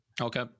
Okay